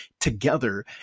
together